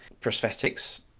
prosthetics